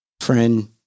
friend